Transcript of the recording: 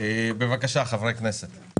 בבקשה חברי הכנסת.